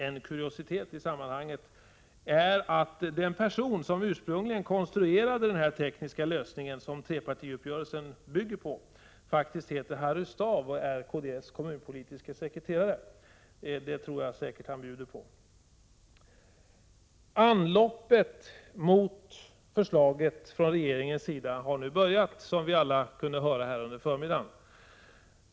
En kuriositet i sammanhanget är att den person som ursprungligen konstruerade den tekniska lösning som trepartiuppgörelsen bygger på faktiskt heter Harry Staaf och är kds kommunpolitiske sekreterare. Det bjuder han säkert på. Anloppet från regeringens sida mot förslaget har nu börjat, som vi kunde höra under förmiddagen.